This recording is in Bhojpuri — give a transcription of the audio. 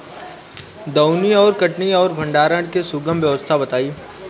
दौनी और कटनी और भंडारण के सुगम व्यवस्था बताई?